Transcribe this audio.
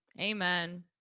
Amen